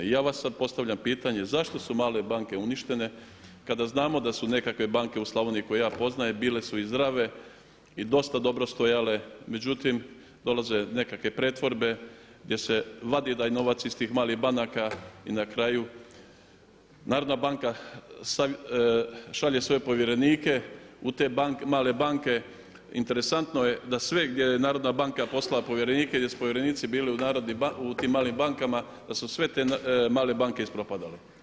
I ja sada vama postavljam pitanje zašto su male banke uništene kada znamo da su nekakve banke u Slavoniji koje ja poznajem bile su i zdrave i dosta dobro stajale međutim dolaze nekakve pretvorbe gdje se vadi taj novac iz tih malih banaka i na kraju narodna banka šalje svoje povjerenike u te male banke, interesantno je da sve gdje je narodna banka poslala povjerenike, gdje su povjerenici bili u tim malim bankama da su sve te male banke ispropadale.